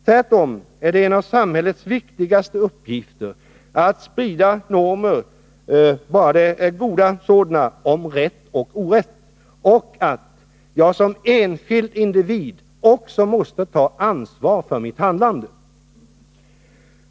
Tvärtom är det en av samhällets viktigaste uppgifter att sprida normer — om det är goda normer — om rätt och orätt och att jag som enskild individ också måste ta ansvar för mitt handlande.